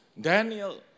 Daniel